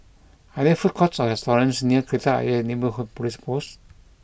are there food courts or restaurants near Kreta Ayer Neighbourhood Police Post